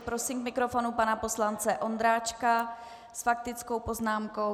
Prosím k mikrofonu pana poslance Ondráčka s faktickou poznámkou.